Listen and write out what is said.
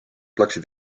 läksid